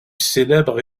célèbre